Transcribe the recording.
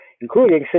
including